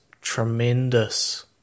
tremendous